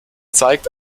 zeigt